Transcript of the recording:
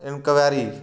enquiry